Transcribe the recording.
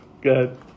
Good